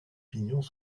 pignons